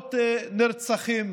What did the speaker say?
ולעשרות נרצחים,